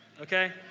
okay